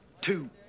two